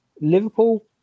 Liverpool